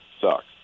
sucks